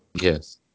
Yes